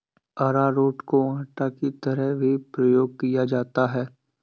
अरारोट को आटा की तरह भी प्रयोग किया जाता है